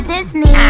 Disney